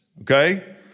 okay